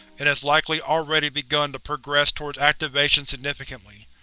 and has likely already begun to progress toward activation significantly.